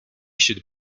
should